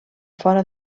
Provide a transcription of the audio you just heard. fora